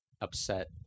upset